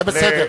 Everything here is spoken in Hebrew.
זה בסדר.